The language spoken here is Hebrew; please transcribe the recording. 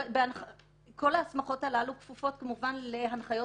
כל ההסמכות הללו כפופות כמובן להנחיות